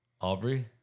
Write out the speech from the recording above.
Aubrey